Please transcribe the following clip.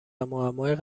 معمای